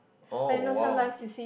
oh !wow!